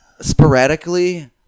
Sporadically